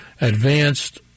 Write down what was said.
advanced